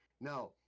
Now